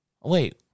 Wait